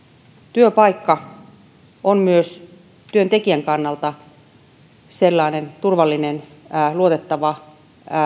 työpaikka on myös työntekijän kannalta turvallinen ja luotettava